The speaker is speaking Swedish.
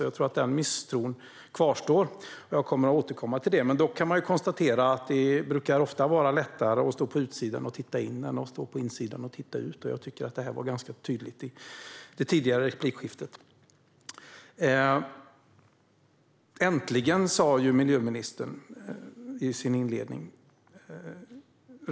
Jag tror att den misstron kvarstår. Jag kommer att återkomma till det, men man kan ju konstatera att det ofta är lättare att stå på utsidan och titta in än att stå på insidan och titta ut. Jag tycker att det var ganska tydligt i det förra replikskiftet. Äntligen, sa miljöministern i sin inledning.